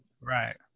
Right